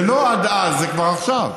זה לא עד אז, זה כבר עכשיו.